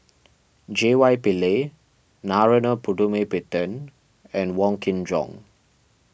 J Y Pillay Narana Putumaippittan and Wong Kin Jong